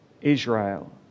Israel